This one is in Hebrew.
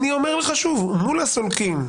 שוב, מול הסולקים,